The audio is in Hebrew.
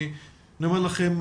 אני אומר לכם,